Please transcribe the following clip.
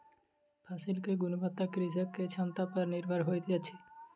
फसिल के गुणवत्ता कृषक के क्षमता पर निर्भर होइत अछि